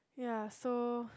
ya so